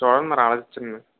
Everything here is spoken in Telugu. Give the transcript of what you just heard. చూడండి మరి ఆలోచించండి